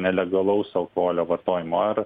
nelegalaus alkoholio vartojimo ar